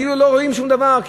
כאילו לא רואים שום דבר,